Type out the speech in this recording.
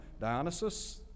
Dionysus